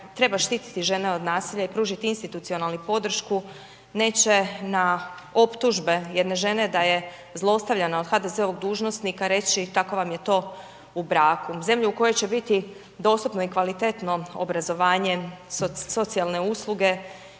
treba štititi žene od nasilja i pružit institucionalnu podržku neće na optužbe jedne žene da je zlostavljana od HDZ-ovog dužnosnika reći tako vam je to u braku, zemlje u kojoj će biti dostupno i kvalitetno obrazovanje, socijalne usluge